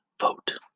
vote